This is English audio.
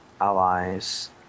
Allies